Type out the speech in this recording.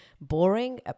Boring